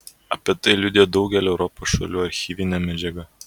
apie tai liudija daugelio europos šalių archyvinė medžiaga